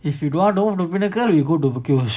if you don't want don't bring a girl we go over queue